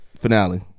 finale